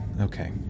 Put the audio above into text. Okay